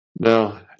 Now